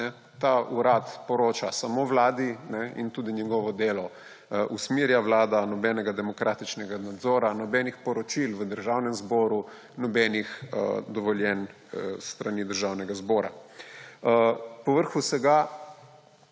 Ta Urad poroča samo Vladi in tudi njegovo delo usmerja Vlada. Nobenega demokratičnega nadzora, nobenih poročil v Državnem zboru, nobenih dovoljenj s strani Državnega zbora. Povrh vsega